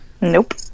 Nope